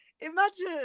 Imagine